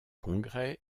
congrès